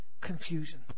Confusion